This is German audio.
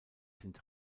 sind